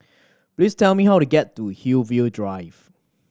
please tell me how to get to Hillview Drive